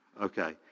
Okay